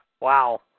Wow